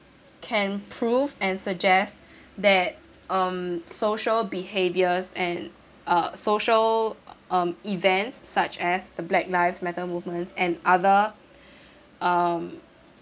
can prove and suggest that um social behaviours and uh social um events such as the black lives matter movement and other um